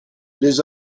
les